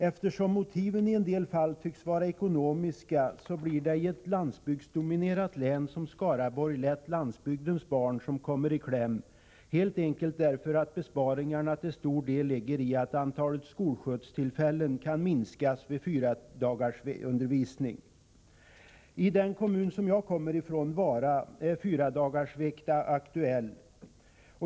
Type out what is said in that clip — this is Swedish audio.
Eftersom motiven i en del fall tycks vara ekonomiska blir det i ett landsbygdsdominerat län, såsom Skaraborgs län, lätt landsbygdens barn som kommer i kläm helt enkelt därför att besparingarna till stor del ligger i att antalet skolskjutstillfällen kan minskas med fyra dagars undervisning. I den kommun jag kommer ifrån, Vara, är fyradagarsvecka aktuell.